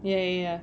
ya ya ya